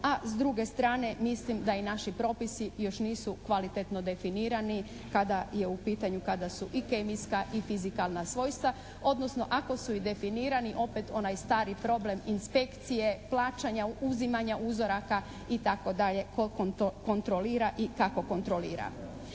a s druge strane mislim da i naši propisi još nisu kvalitetno definirani kada su u pitanju i kemijska i fizikalna svojstva, odnosno ako su i definirani opet onaj stari problem inspekcije plaćanja, uzimanja uzoraka itd. tko kontrolira i kako kontrolira.